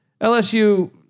LSU